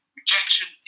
rejection